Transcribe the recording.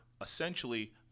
essentially